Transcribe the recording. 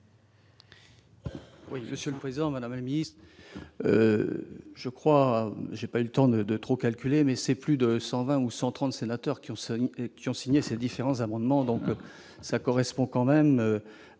Monsieur le Président Madame je crois, j'ai pas eu le temps de de trop calculé, mais c'est plus de 120 ou 130 sénateurs qui ont qui ont signé ces différents amendements donc ça correspond quand même à